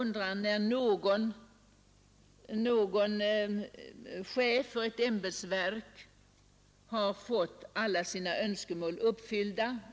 När har någon chef för ett ämbetsverk fått alla sina önskemål uppfyllda?